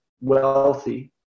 wealthy